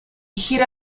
gira